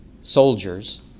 soldiers